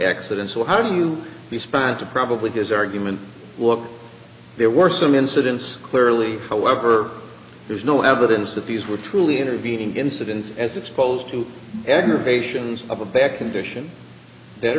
accident so how do you respond to probably deserved him and walk there were some incidents clearly however there's no evidence that these were truly intervening incidents as exposed to aggravations of a back condition that